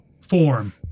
form